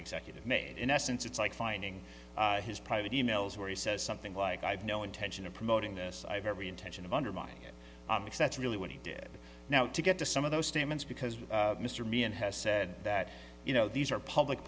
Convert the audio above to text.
executive made in essence it's like finding his private emails where he says something like i have no intention of promoting this i have every intention of undermining it because that's really what he did now to get to some of those statements because mr meehan has said that you know these are public